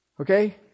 Okay